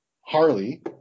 Harley